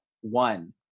One